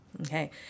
Okay